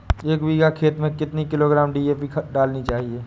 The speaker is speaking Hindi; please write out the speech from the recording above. एक बीघा खेत में कितनी किलोग्राम डी.ए.पी डालनी चाहिए?